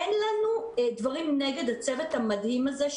אין לנו דברים נגד הצוות המדהים הזה,